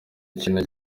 ikintu